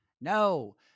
No